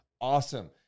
awesome